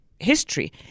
History